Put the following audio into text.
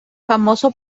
famoso